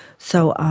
so